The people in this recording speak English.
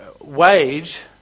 wage